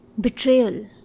Betrayal